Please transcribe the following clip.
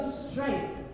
strength